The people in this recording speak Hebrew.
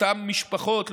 לאותן משפחות,